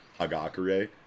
Hagakure